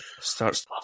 starts